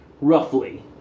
roughly